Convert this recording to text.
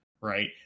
right